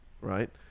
right